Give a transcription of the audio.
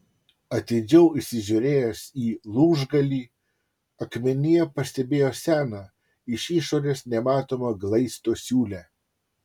atidžiau įsižiūrėjęs į lūžgalį akmenyje pastebėjo seną iš išorės nematomą glaisto siūlę